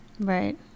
Right